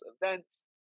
events